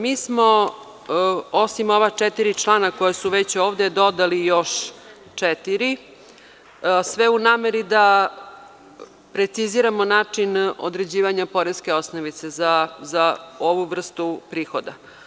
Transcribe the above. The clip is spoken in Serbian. Mi smo osim ova četiri člana koja su već dodali još četiri, sve u nameri da preciziramo način određivanja poreske osnovice za ovu vrstu prihoda.